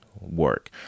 work